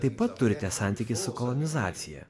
taip pat turite santykį su kolonizacija